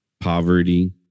poverty